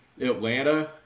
Atlanta